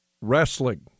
wrestling